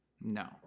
No